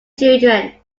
children